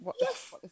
yes